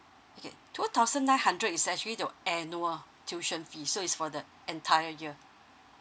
okay two thousand nine hundred is actually your annual tuition fee so is for the entire year